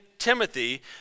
Timothy